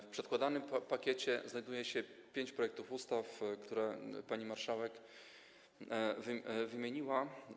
W przedkładanym pakiecie znajduje się pięć projektów ustaw, które pani marszałek wymieniła.